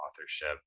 authorship